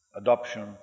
adoption